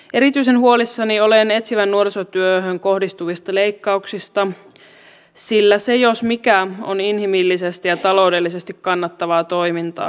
erityisen huolissani olen etsivään nuorisotyöhön kohdistuvista leikkauksista sillä se jos mikä on inhimillisesti ja taloudellisesti kannattavaa toimintaa